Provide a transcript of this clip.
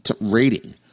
rating